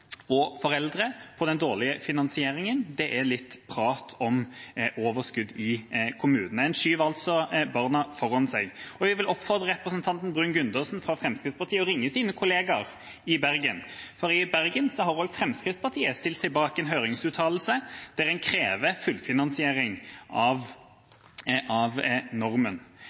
og foreldre på den dårlige finansieringen, er litt prat om overskudd i kommunene. En skyver altså barna foran seg. Jeg vil oppfordre representanten Bruun-Gundersen fra Fremskrittspartiet å ringe sine kollegaer i Bergen, for i Bergen har også Fremskrittspartiet stilt seg bak en høringsuttalelse der en krever fullfinansiering av normen.